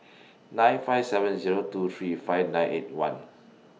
nine five seven Zero two three five nine eight one